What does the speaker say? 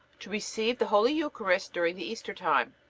to receive the holy eucharist during the easter time.